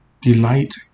Delight